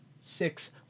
six